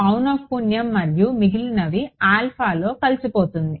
పౌనఃపున్యం మరియు మిగిలినవి ఆల్ఫాలో కలిసిపోతుంది